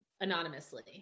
anonymously